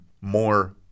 more